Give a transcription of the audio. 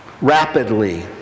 rapidly